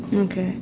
mm K